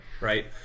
right